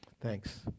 thanks